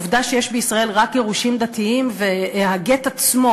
העובדה שיש בישראל רק גירושין דתיים והגט עצמו